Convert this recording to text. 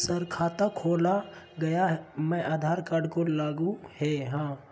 Sir खाता खोला गया मैं आधार कार्ड को लागू है हां?